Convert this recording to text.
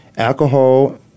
Alcohol